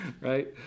right